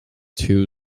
two